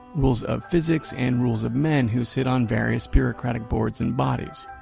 rules of physics and rules of men who sit on various bureaucratic boards and bodies.